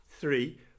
three